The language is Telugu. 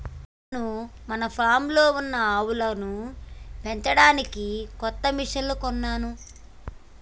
నాను మన ఫామ్లో ఉన్న ఆవులను పెంచడానికి కొత్త మిషిన్లు కొన్నాను